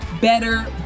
Better